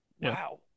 Wow